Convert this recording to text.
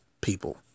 people